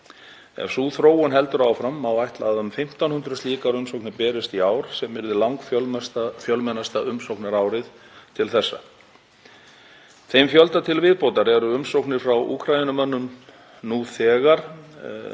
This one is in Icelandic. Ef sú þróun heldur áfram má ætla að um 1.500 slíkar umsóknir berist í ár sem yrði langstærsta umsóknaárið til þessa. Þeim fjölda til viðbótar eru umsóknir frá Úkraínumönnum nú þegar